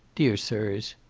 dear sirs.